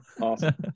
awesome